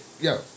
Yo